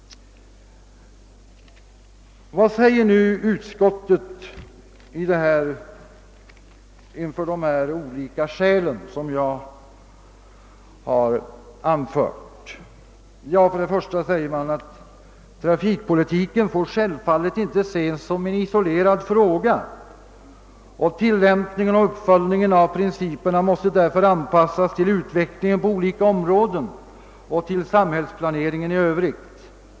Vad anser nu utskottet om de olika skäl som jag har anfört? För det första framhåller man att trafikpolitiken självfallet inte får ses som en isolerad fråga. Tillämpningen och uppföljningen av principerna måste därför anpassas till utvecklingen på olika områden och till samhällsplaneringen i övrigt.